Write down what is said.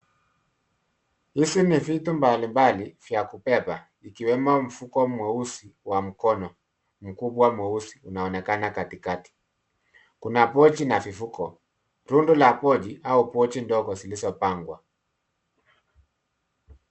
Hizi ni vitu mbalimbali vya kubeba, ikiwemo mfuko mweusi wa mkono. Mfuko mkubwa mweusi unaonekana katikati. Kuna pochi na vifuko, rundo la pochi au pochi ndogo zilizopangwa.